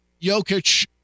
Jokic